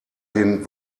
den